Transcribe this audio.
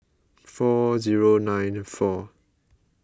four zero nine four